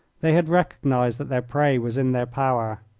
they had recognised that their prey was in their power.